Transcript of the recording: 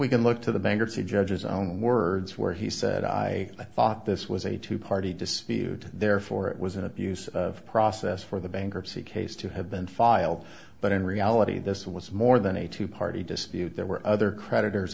we can look to the bankruptcy judges own words where he said i thought this was a two party dispute therefore it was an abuse of process for the bankruptcy case to have been filed but in reality this was more than a two party dispute there were other creditors